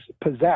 possess